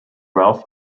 ralph